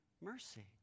mercy